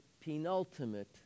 penultimate